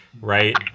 right